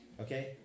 Okay